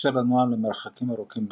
המאפשר לנוע למרחקים ארוכים בכביש.